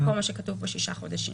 במקום מה שכתוב פה, שישה חודשים.